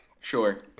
Sure